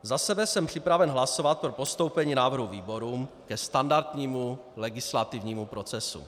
Za sebe jsem připraven hlasovat pro postoupení návrhu výborům ke standardnímu legislativnímu procesu.